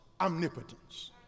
omnipotence